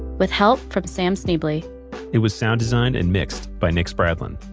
with help from sam schneble it was sound designed and mixed by nick spradlin